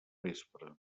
vespre